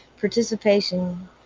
participation